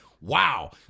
wow